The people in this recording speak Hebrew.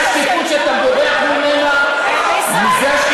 אם זאת בושה, אדרבה, אז בואו נדע מזה.